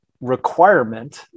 requirement